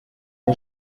les